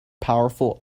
powerful